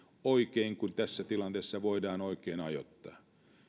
oikein kuin tässä tilanteessa voidaan oikein ajoittaa